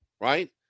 right